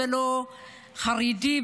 לא חרדי,